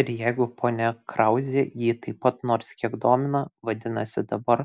ir jeigu ponia krauzė jį taip pat nors kiek domina vadinasi dabar